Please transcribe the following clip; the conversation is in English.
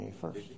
first